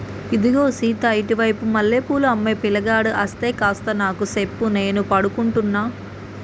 ఇగో సీత ఇటు వైపు మల్లె పూలు అమ్మే పిలగాడు అస్తే కాస్త నాకు సెప్పు నేను పడుకుంటున్న